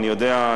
אני יודע,